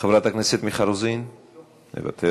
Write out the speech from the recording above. חברת הכנסת מיכל רוזין, מוותרת.